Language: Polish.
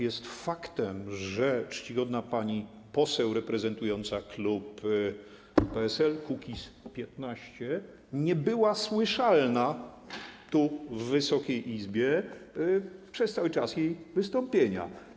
Jest faktem, że czcigodna pani poseł reprezentująca klub PSL-Kukiz15 nie była słyszalna tu, w Wysokiej Izbie, przez cały czas jej wystąpienia.